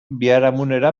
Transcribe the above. biharamunera